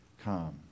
come